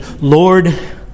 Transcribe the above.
Lord